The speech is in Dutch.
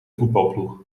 voetbalploeg